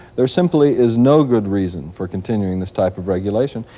there simply is no good reason for continuing this type of regulation.